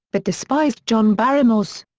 but despised john barrymore's.